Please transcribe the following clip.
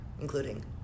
including